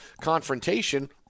confrontation –